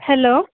hello